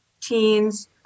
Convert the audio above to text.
teens